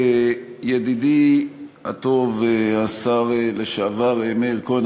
ידידי הטוב השר לשעבר מאיר כהן,